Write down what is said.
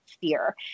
fear